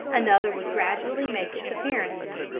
another would gradually make its appearance.